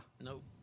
Nope